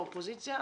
מהאופוזיציה,